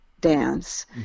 dance